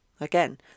Again